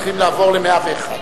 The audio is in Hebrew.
מס' 29 לסעיף 10